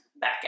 back